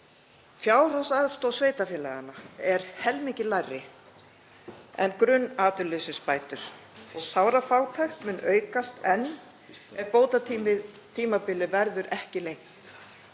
Fjárhagsaðstoð sveitarfélaganna er helmingi lægri en grunnatvinnuleysisbætur. Sárafátækt mun aukast enn ef bótatímabilið verður ekki lengt.